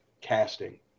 casting